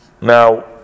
now